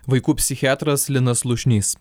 vaikų psichiatras linas slušnys